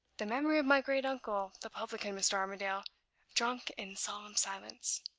the memory of my great-uncle, the publican, mr. armadale drunk in solemn silence!